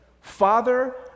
Father